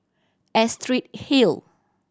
Astrid Hill